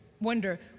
wonder